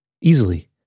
easily